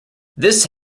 this